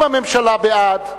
אם הממשלה בעד,